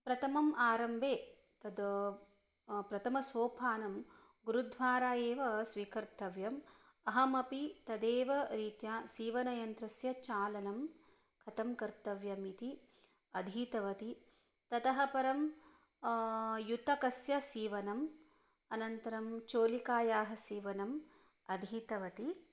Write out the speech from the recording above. प्रथमम् आरम्भे तत् प्रथमसोपानं गुरुद्वारा एव स्वीकर्तव्यम् अहमपि तदेव रीत्या सीवनयन्त्रस्य चालनं कथं कर्तव्यम् इति अधीतवती ततः परं युतकस्य सीवनम् अनन्तरं चोलिकायाः सीवनम् अधीतवती